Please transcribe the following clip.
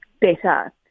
better